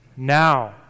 Now